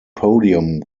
podium